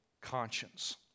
conscience